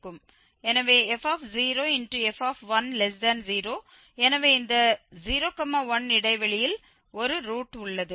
எனவே f0f10 எனவே இந்த 01 இடைவெளியில் ஒரு ரூட் உள்ளது